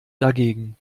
dagegen